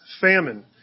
famine